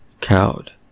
Cowed